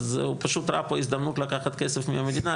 הוא פשוט ראה פה הזדמנות לקחת כסף מהמדינה.